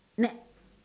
net